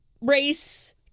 race